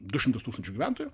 du šimtus tūkstančių gyventojų